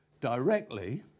directly